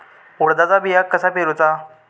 उडदाचा बिया कसा पेरूचा?